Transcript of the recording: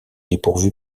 dépourvu